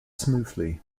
smoothly